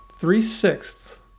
three-sixths